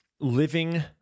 Living